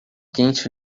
quente